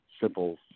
simple